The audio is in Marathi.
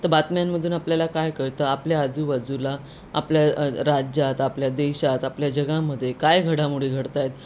तर बातम्यांमधून आपल्याला काय कळतं आपल्या आजूबाजूला आपल्या राज्यात आपल्या देशात आपल्या जगामध्ये काय घडामोडी घडत आहेत